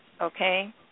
okay